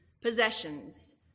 possessions